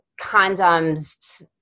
condoms